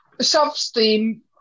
self-esteem